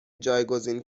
جایگزین